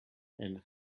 and